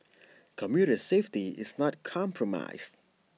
commuter safety is not compromised